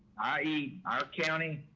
ie our county,